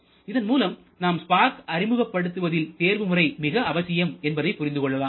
இதன் மூலம் நாம் ஸ்பார்க் அறிமுகப்படுத்துவதில் தேர்வுமுறை மிக அவசியம் என்பதை புரிந்து கொள்ளலாம்